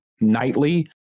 nightly